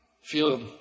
feel